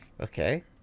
Okay